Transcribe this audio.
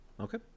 Okay